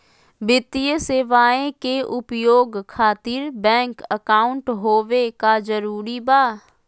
वित्तीय सेवाएं के उपयोग खातिर बैंक अकाउंट होबे का जरूरी बा?